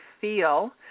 feel